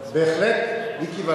בהחלט, מיקי,